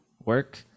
work